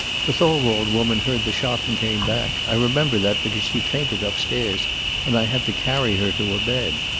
the thorwald woman heard the shot and came back. i remember that, because she fainted upstairs and i had to carry her to a bed.